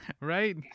right